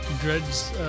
dreads